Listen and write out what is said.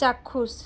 ଚାକ୍ଷୁଷ